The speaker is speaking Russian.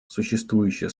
существующая